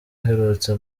aherutse